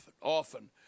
often